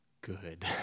good